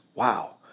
Wow